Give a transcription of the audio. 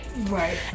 Right